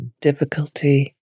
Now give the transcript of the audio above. difficulty